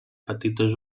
petites